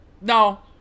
No